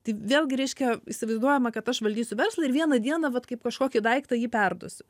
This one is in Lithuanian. tai vėlgi reiškia įsivaizduojama kad aš valdysiu verslą ir vieną dieną vat kaip kažkokį daiktą jį perduosiu